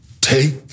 Take